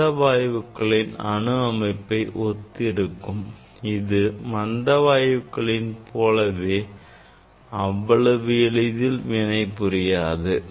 மந்த வாயுக்களின் அணுஅமைப்பை ஒத்திருக்கும் இது மந்த வாயுக்களின் போலவே அவ்வளவு எளிதில் வினை புரியாது